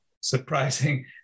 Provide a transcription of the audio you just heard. surprising